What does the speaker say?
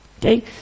Okay